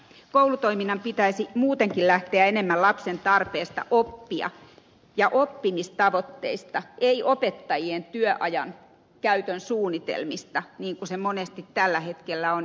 koulutoiminnan pitäisi muutenkin lähteä enemmän lapsen tarpeesta oppia ja oppimistavoitteista ei opettajien työajan käytön suunnitelmista niin kuin monesti tällä hetkellä on